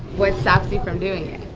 what stopped you from doing it?